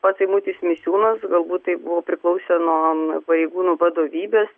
pats eimutis misiūnas galbūt tai buvo priklausė nuo pareigūnų vadovybės